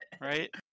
right